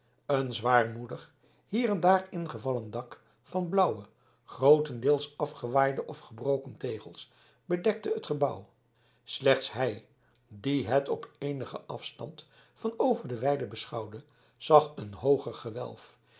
een zwaarmoedig hier en daar ingevallen dak van blauwe grootendeels afgewaaide of gebroken tegels bedekte het gebouw slechts hij die het op eenigen afstand van over de weide beschouwde zag een hooger gewelf